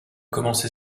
commencé